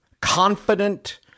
confident